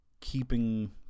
Keeping